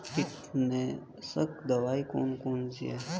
कीटनाशक दवाई कौन कौन सी हैं?